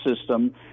system